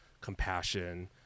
compassion